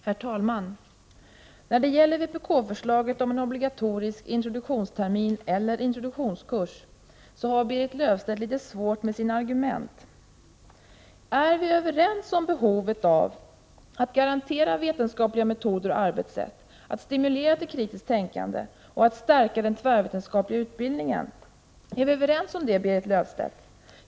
Herr talman! När det gäller vpk-förslaget om en obligatorisk introduktionstermin eller introduktionskurs har Berit Löfstedt litet svårt med sina argument. Är vi överens om behovet av att garantera vetenskapliga metoder och arbetssätt, att stimulera till kritiskt tänkande och att stärka den tvärvetenskapliga utbildningen? Är vi överens om det Berit Löfstedt?